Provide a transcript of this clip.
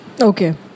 Okay